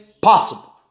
possible